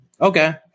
okay